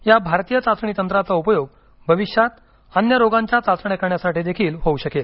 या भारतीय चाचणी तंत्राचा उपयोग भविष्यात अन्य रोगांच्या चाचण्या करण्यासाठी देखील होऊ शकेल